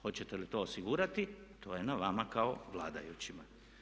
Hoćete li to osigurati, to je na vama kao vladajućima.